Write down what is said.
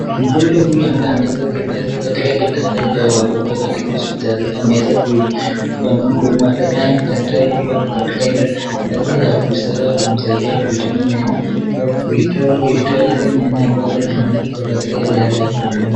Mgonjwa huyu ambaye ameweza kulazwa katika kitanda cha wagonjwa katika hosiptalini ameweza kupanua mdomo wake, naye daktari huyu ako katika ile hali kutaka kumsaidia kutibu meno au kuitoa ile meno ambayo iko katika ile hali ya kumuuma.